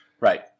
Right